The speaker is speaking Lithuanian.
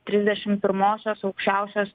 trisdešim pirmosios aukščiausios